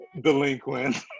Delinquent